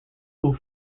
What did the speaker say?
who